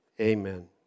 amen